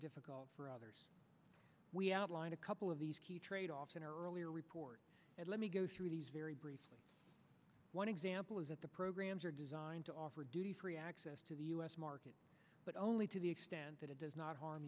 difficult for others we outline a couple of these tradeoffs in earlier reports and let me go through these very briefly one example is that the programs are designed to offer duty free access to the u s market but only to the extent that it does not harm